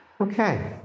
Okay